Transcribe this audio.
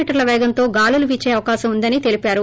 మీ వేగంతో గాలులు వీచే అవకాశం ఉందని తెలిపారు